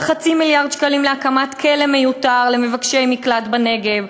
על חצי מיליארד שקלים להקמת כלא מיותר למבקשי מקלט בנגב,